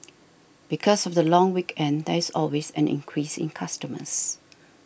because of the long weekend there is always an increase in customers